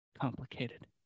complicated